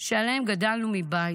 שעליהם גדלנו מבית?